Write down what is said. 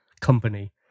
company